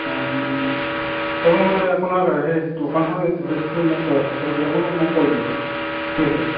ওম ৰ'ব মই আপোনাক হেৰি দোকানখনৰ এড্ৰেছটো মোক হোৱাটছআপত আপোনাক মই কৈ দিম তাতে ঠিক আছে